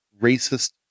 racist